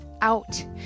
out